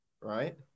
right